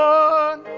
one